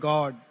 God